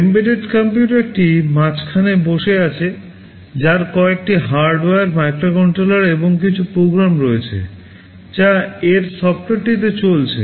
embedded কম্পিউটারটি মাঝখানে বসে আছে যার কয়েকটি হার্ডওয়্যার মাইক্রোকন্ট্রোলার এবং কিছু প্রোগ্রাম রয়েছে যা এর সফ্টওয়্যারটিতে চলছে